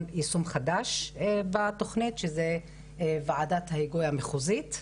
יישום חדש בתוכנית שזה ועדת ההיגוי המחוזית,